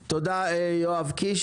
תודה, יואב קיש.